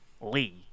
Lee